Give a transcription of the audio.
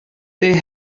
they